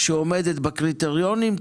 שעומדת בקריטריונים,